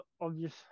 obvious